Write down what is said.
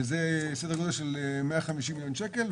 זה עומד על 150 מיליון שקלים,